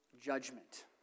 judgment